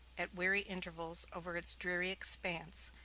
at weary intervals, over its dreary expanse,